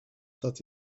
that